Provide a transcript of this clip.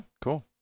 cool